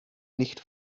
nicht